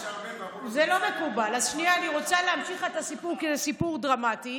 מפריע לי שהיא מדברת בטלפון כשאני מדברת.